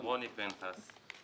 רוני פנחס.